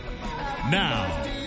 Now